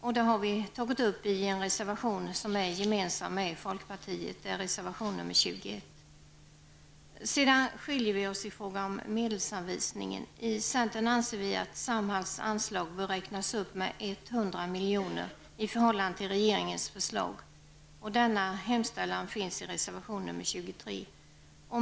Detta har vi tillsammans med folkpartiet tagit upp i reservation 21. Vi skiljer oss emellertid åt i fråga om medelsanvisningen. I centern anser vi att Samhalls anslag bör räknas upp med 100 milj.kr. i förhållande till regeringens förslag. Denna hemställan finns i reservation nr 23.